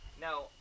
Now